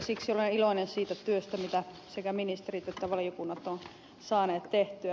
siksi olen iloinen siitä työstä mitä sekä ministerit että valiokunnat ovat saaneet tehtyä